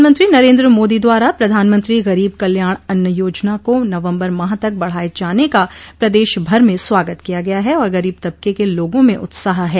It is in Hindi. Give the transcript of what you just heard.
प्रधानमंत्री नरेन्द्र मोदी द्वारा प्रधानमंत्री गरीब कल्याण अन्न योजना को नवम्बर माह तक बढ़ाये जाने का प्रदेश भर में स्वागत किया गया है और गरीब तबके के लोगों में उत्साह है